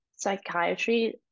psychiatry